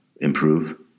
improve